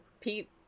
Pete